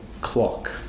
clock